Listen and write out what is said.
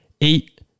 eight